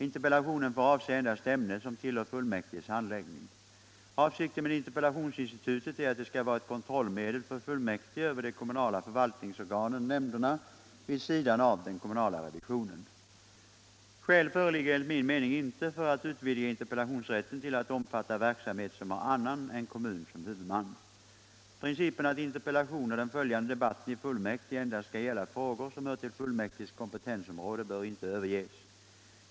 Interpellation får avse endast ämne som tillhör fullmäktiges handläggning. Avsikten med interpellationsinstitutet är att det skall vara ett kontrollmedel för fullmäktige över de kommunala förvaltningsorganen vid sidan av den kommunala revisionen. Skäl föreligger enligt min mening inte för att utvidga interpellationsrätten till att omfatta verksamhet som har annan än kommun som huvudman. Principen att interpellation och den följande debatten i fullmäktige endast skall gälla frågor som hör till fullmäktiges kompetensområde bör inte överges.